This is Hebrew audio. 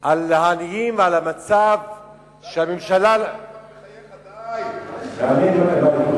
ועל המצב, שהממשלה, די כבר.